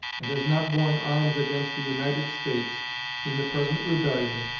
and has not borne arms against the united states in the present rebellion,